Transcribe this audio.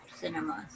cinemas